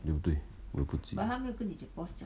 对不对我也不急